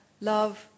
love